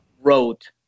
wrote